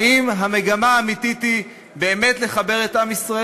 האם המגמה האמיתית היא באמת לחבר את עם ישראל